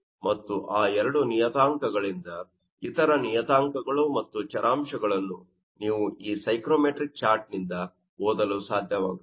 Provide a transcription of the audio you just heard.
ಮತ್ತು ಆ 2 ನಿಯತಾಂಕಗಳಿಂದ ಇತರ ನಿಯತಾಂಕಗಳು ಮತ್ತು ಚರಾಂಶಗಳನ್ನು ನೀವು ಈ ಸೈಕ್ರೋಮೆಟ್ರಿಕ್ ಚಾರ್ಟ್ನಿಂದ ಓದಲು ಸಾಧ್ಯವಾಗುತ್ತದೆ